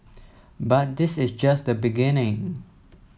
but this is just the beginning